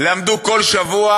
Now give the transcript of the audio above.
למדו כל שבוע,